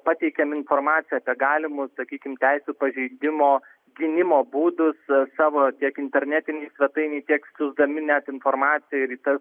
pateikiam informaciją apie galimus sakykime teisių pažeidimo gynimo būdus savo tiek internetinėj svetainėj tiek siųsdami net informaciją ir į tas